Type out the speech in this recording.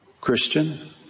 Christian